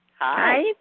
Hi